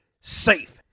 safe